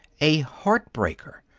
a heart-breaker!